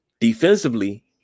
Defensively